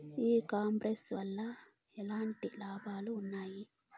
ఈ కామర్స్ వల్ల ఎట్లాంటి లాభాలు ఉన్నాయి?